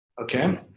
Okay